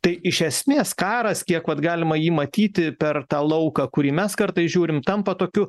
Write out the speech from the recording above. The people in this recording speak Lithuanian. tai iš esmės karas kiek vat galima jį matyti per tą lauką kurį mes kartais žiūrim tampa tokiu